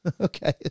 Okay